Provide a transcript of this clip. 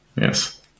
Yes